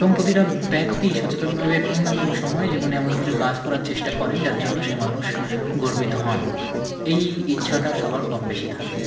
এবং প্রতিটা ব্যক্তি সচেতনভাবে কোনো না কোনো সময় জীবনে এমন কিছু কাজ করার চেষ্টা করেন যার জন্য সেই মানুষ গর্বিত হন এই ইচ্ছাটা সবার কম বেশি থাকে